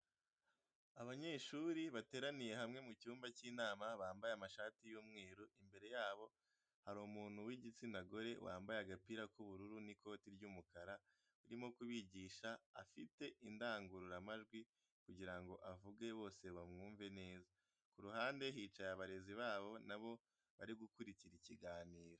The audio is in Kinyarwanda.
Abanyeshuri bateraniye hamwe mu cyumba cy'inama bambaye amashati y'umweru, imbere yabo hari umuntu w'igitsina gore, wambaye agapira k'ubururu n'ikoti ry'umukara urimo kubigisha afite indangururamajwi kugira ngo avuge bose bamwumve neza. Ku ruhande hicaye abarezi babo na bo bari gukurikira ikiganiro.